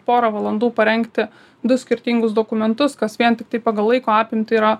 pora valandų parengti du skirtingus dokumentus kas vien tiktai pagal laiko apimtį yra